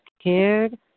scared